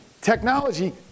technology